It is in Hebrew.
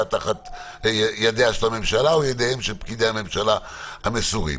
תחת ידיה של הממשלה או ידיהם של פקידי הממשלה המסורים.